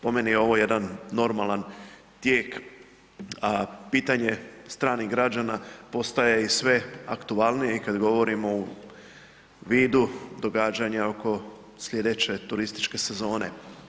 Po meni je ovo jedan normalan tijek, pitanje stranih građana postaje i sve aktualnije i kad govorimo u vidu događanja oko sljedeće turističke sezone.